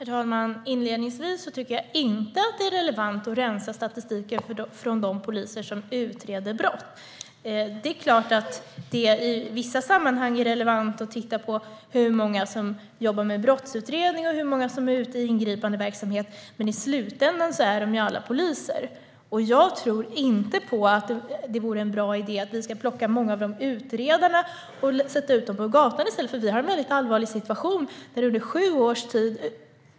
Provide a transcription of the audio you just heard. Herr talman! Inledningsvis vill jag säga att jag inte tycker att det är relevant att rensa statistiken från de poliser som utreder brott. Det är klart att det i vissa sammanhang är relevant att titta på hur många som jobbar med brottsutredning och hur många som är ute i ingripandeverksamhet. Men i slutändan är de alla poliser. Jag tror inte att det vore en bra idé att plocka många av de utredarna och i stället sätta ut dem på gatan, för vi har en väldigt allvarlig situation.